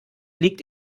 liegt